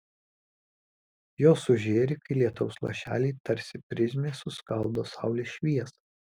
jos sužėri kai lietaus lašeliai tarsi prizmė suskaldo saulės šviesą